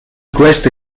questa